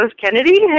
Kennedy